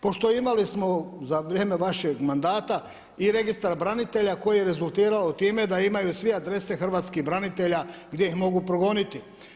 Pošto imali smo za vrijeme vašeg mandata i registar branitelja koji je rezultirao time da imaju svi adrese hrvatskih branitelja gdje ih mogu progoniti.